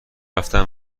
رفتم